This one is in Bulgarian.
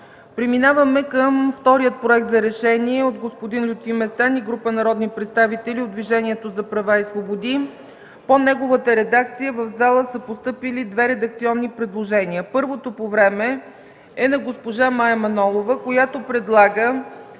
Преминаваме към втория Проект за решение – от господин Лютви Местан и група народни представители от Движението за права и свободи. По неговата редакция в залата са постъпили две редакционни предложения. Първото по време е на госпожа Мая Манолова, която предлага